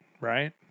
right